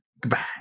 Goodbye